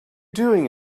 doing